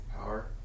Power